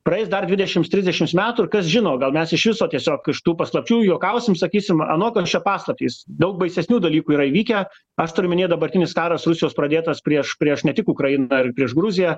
praeis dar dvidešims trisdešims metų ir kas žino gal mes iš viso tiesiog iš tų paslapčių juokausim sakysim anokios čia paslaptys daug baisesnių dalykų yra įvykę aš turiu omenyje dabartinis karas rusijos pradėtas prieš prieš ne tik ukrainą ir prieš gruziją